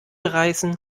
reißen